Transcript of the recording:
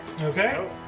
Okay